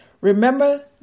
Remember